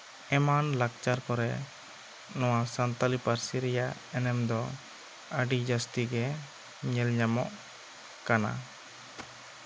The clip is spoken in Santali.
ᱮᱢᱟᱱ ᱞᱟᱠᱪᱟᱨ ᱠᱚᱨᱮ ᱱᱚᱶᱟ ᱥᱟᱱᱛᱟᱲᱤ ᱯᱟᱹᱨᱥᱤ ᱨᱮᱭᱟᱜ ᱮᱱᱮᱢ ᱫᱚ ᱟᱹᱰᱤ ᱡᱟᱹᱥᱛᱤ ᱜᱮ ᱧᱮᱞᱼᱧᱟᱢᱚᱜ ᱠᱟᱱᱟ